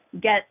get